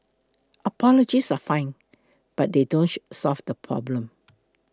apologies are fine but they don't solve the problem